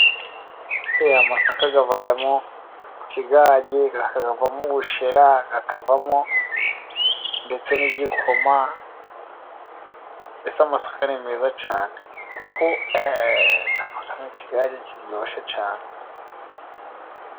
Aya masaka avamo ikigage, akavamo ubushera, akavamo ndetse n'igikoma, mbese amasaka ni meza cyane kuko, avamo ikigare kiryoshye cyane.